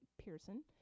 Pearson